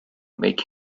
make